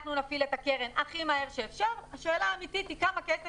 אנחנו נפעיל את הקרן הכי מהר שאפשר והשאלה האמיתית היא כמה כסף